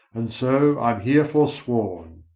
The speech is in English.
and so i'm here forsworn.